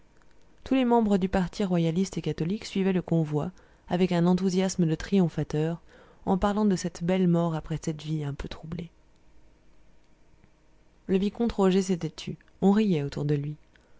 tous les membres du parti royaliste et catholique suivaient le convoi avec un enthousiasme de triomphateurs en parlant de cette belle mort après cette vie un peu troublée le vicomte roger s'était tu on riait autour de lui